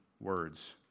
words